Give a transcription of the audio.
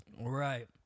Right